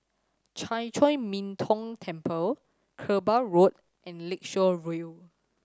Chan Chor Min Tong Temple Kerbau Road and Lakeshore View